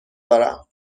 داشتم